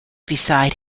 beside